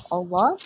Allah